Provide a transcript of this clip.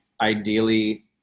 ideally